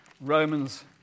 Romans